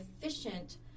efficient